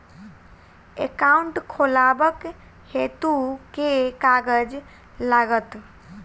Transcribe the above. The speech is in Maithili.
एकाउन्ट खोलाबक हेतु केँ कागज लागत?